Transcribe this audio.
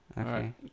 Okay